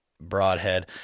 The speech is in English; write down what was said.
Broadhead